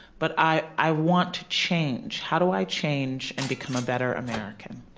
but i i want to change. how do i change and become a better american?